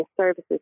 services